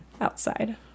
Outside